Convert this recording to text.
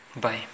Bye